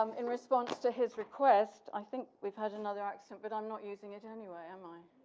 um in response to his request, i think we've had another accident but i'm not using it, anyway, am i?